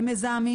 הם מזהמים